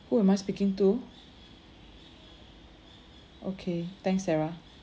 who am I speaking to okay thanks sarah